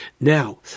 Now